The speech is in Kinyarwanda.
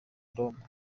roma